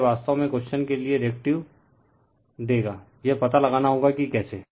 फिर यह वास्तव में क्वेश्चन के लिए रिएक्टिव देगा यह पता लगाना होगा कि कैसे